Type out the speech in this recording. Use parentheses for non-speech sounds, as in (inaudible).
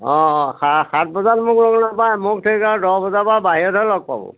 অঁ অঁ সাত বজাত মোক (unintelligible) মোক থৈ গাঁও দহ বজাৰ পৰা বাহিৰত লগ পাব